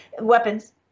weapons